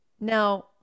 Now